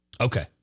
Okay